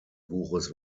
buches